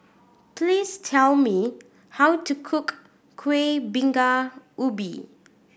please tell me how to cook Kueh Bingka Ubi